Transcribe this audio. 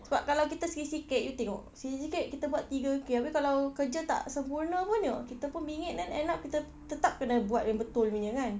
sebab kalau kita sikit-sikit you tengok sikit-sikit kita buat tiga K habis kalau kerja tak sempurna pun tengok kita pun bingit then end up kita tetap kena buat yang betul punya kan